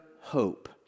hope